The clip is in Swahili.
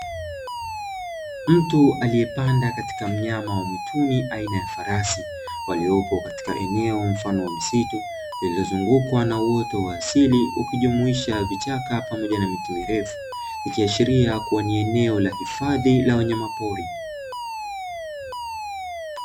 Mtu aliyepanda katika mnyama wa mwituni aina ya farasi, waliopo katika eneo mfano wa msitu lililozungukwa na uoto wa asili ukijumuisha vichaka pamoja na miti mirefu, ikiashiria kuwa ni eneo la hifadhi la wanyamapori.